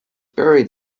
buried